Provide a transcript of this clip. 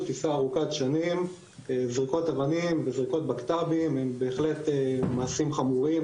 תפיסה ארוכת שנים זריקות אבנים וזריקות בקת"בים הם בהחלט מעשים חמורים,